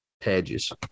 pages